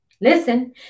Listen